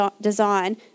design